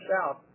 South